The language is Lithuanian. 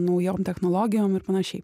naujom technologijom ir panašiai